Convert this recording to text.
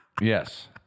Yes